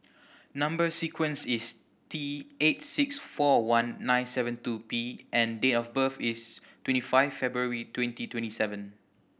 number sequence is T eight six four one nine seven two P and date of birth is twenty five February twenty twenty seven